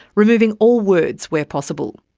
removing all words where possible.